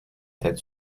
tête